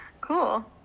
cool